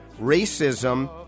racism